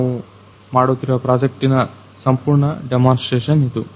ನಾವು ಕೆಲಸ ಮಾಡುತ್ತಿರುವ ಪ್ರಾಜೆಕ್ಟಿನ ಸಂಪೂರ್ಣ ಡೆಮೋನ್ಸ್ಟ್ರೇಷನ್ ಇದು